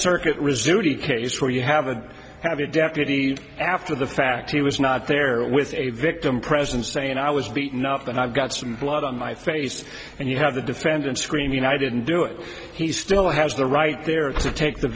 resume case where you have a have a deputy after the fact he was not there with a victim present saying i was beaten up and i've got some blood on my face and you have the defendant screaming i didn't do it he still has the right there to take the